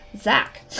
Zach